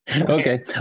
Okay